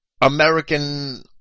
American